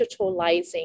digitalizing